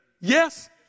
yes